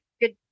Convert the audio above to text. Good